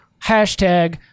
hashtag